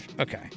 okay